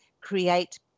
create